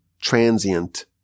transient